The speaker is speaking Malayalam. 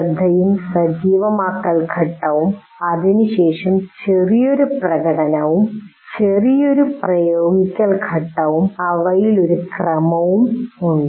ശ്രദ്ധയും സജീവമാക്കൽ ഘട്ടവും അതിനുശേഷം ഒരു ചെറിയ പ്രകടനവും ഒരു ചെറിയ പ്രയോഗിക്കൽ ഘട്ടവും അവയിൽ ഒരു ക്രമവും ഉണ്ട്